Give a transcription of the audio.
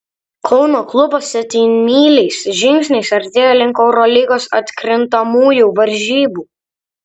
kauno klubas septynmyliais žingsniais artėja link eurolygos atkrintamųjų varžybų